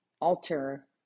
alter